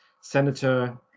Senator